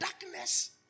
darkness